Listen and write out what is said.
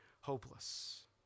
hopeless